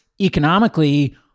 economically